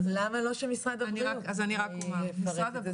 אז למה שלא משרד הבריאות יפרט את זה?